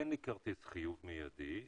אין לי כרטיס חיוב מיידי,